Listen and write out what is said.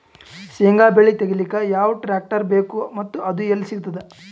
ಶೇಂಗಾ ಬೆಳೆ ತೆಗಿಲಿಕ್ ಯಾವ ಟ್ಟ್ರ್ಯಾಕ್ಟರ್ ಬೇಕು ಮತ್ತ ಅದು ಎಲ್ಲಿ ಸಿಗತದ?